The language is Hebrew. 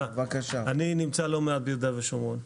אני נמצא לא מעט ביהודה ושומרון,